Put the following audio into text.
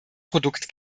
produkt